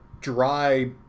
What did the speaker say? dry